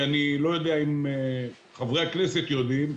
אני לא יודע אם חברי הכנסת יודעים,